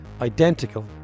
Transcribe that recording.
identical